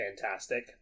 fantastic